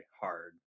hard